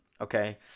Okay